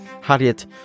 Harriet